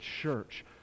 church